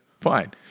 Fine